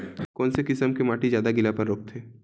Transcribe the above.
कोन से किसम के माटी ज्यादा गीलापन रोकथे?